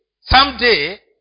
someday